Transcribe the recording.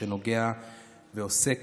שנוגע ועוסק